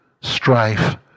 strife